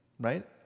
right